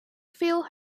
filled